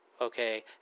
Okay